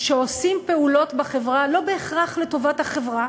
שעושים פעולות בחברה לא בהכרח לטובת החברה,